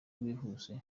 bwihuse